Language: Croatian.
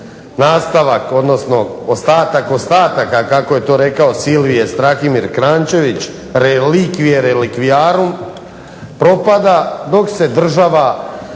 PIK-a Đakovo, ostatak ostataka kako je to rekao Silvije Strahimir Kranjčević, relikvije relikvijaru, propada dok se država